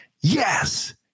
Yes